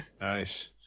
Nice